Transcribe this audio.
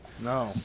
No